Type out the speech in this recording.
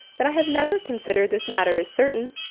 that i have never considered this matter as certain.